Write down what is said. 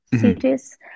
cities